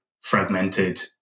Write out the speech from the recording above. fragmented